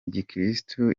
gikirisitu